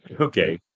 Okay